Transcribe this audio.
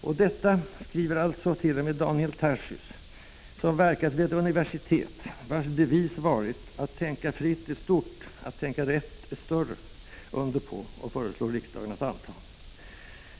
Och detta skriver alltså t.o.m. Daniel Tarschys — som verkat vid ett universitet, vars devis varit: ”Att tänka fritt är stort, att tänka rätt är större” — under på och föreslår riksdagen att anta!